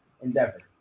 endeavor